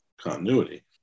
continuity